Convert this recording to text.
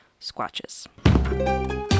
squatches